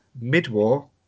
mid-war